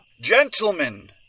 Gentlemen